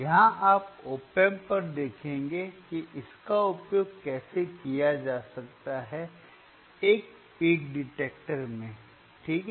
यहाँ आप op amp पर देखेंगे कि इसका उपयोग कैसे किया जा सकता है एक पीक डिटेक्टर में ठीक है